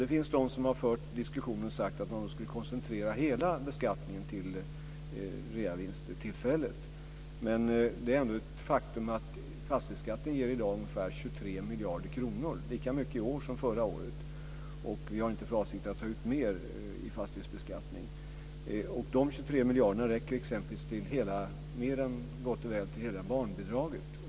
Det finns de som fört en diskussion om att man skulle koncentrera hela beskattningen till reavinsttillfället. Det är ändock ett faktum att fastighetsskatten i dag ger ungefär 23 miljarder kronor, lika mycket i år som förra året, och vi har inte för avsikt att ta ut mer i fastighetsbeskattning. De 23 miljarderna räcker exempelvis mer än väl till hela barnbidraget.